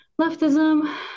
leftism